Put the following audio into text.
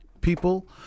people